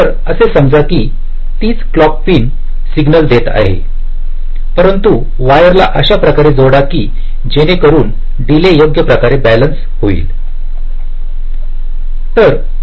तर असे समजा की तीच क्लॉक पिन सिग्नल देत आहे परंतु वायरला अशा अशाप्रकारे जोडा की जेणेकरून डिले योग्य प्रकारे बॅलन्स होईल